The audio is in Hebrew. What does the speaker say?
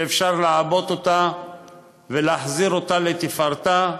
שאפשר לעבות אותה ולהחזיר אותה לתפארתה,